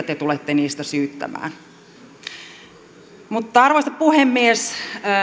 te tulette niistä syyttämään mutta arvoisa puhemies